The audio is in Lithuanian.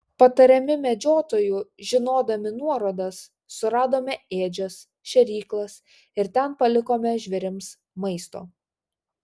patariami medžiotojų žinodami nuorodas suradome ėdžias šėryklas ir ten palikome žvėrims maisto